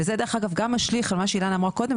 וזה דרך אגב גם משליך על מה שאילנה אמרה קודם,